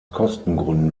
kostengründen